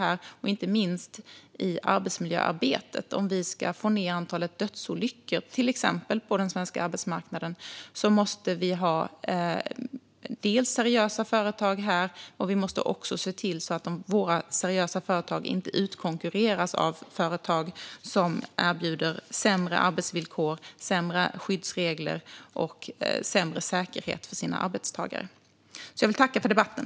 Inte minst handlar det om arbetsmiljöarbetet. Om vi till exempel ska få ned antalet dödsolyckor på den svenska arbetsmarknaden måste vi dels ha seriösa företag här, dels se till att våra seriösa företag inte utkonkurreras av företag som erbjuder sämre arbetsvillkor, sämre skyddsregler och sämre säkerhet för sina arbetstagare. Jag vill tacka för debatten.